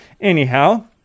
Anyhow